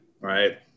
right